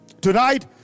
Tonight